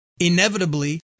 inevitably